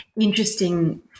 interesting